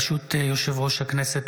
ברשות יושב-ראש הכנסת,